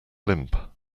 limp